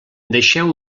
deixeu